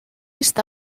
està